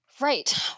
Right